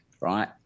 right